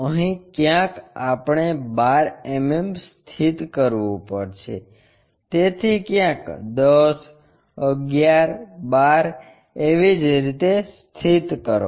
અહીં ક્યાંક આપણે 12 mm સ્થિત કરવું પડશે તેથી ક્યાંક 10 11 12 એવી જ રીતે સ્થિત કરો